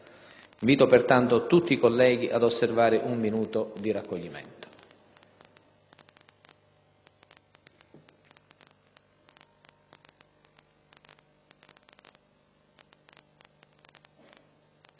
Invito pertanto tutti i colleghi ad osservare un minuto di raccoglimento.